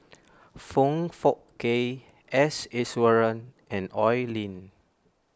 Foong Fook Kay S Iswaran and Oi Lin